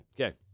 Okay